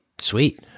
Sweet